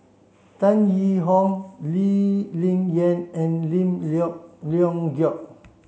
Tan Yee Hong Lee Ling Yen and Lim Leong Geok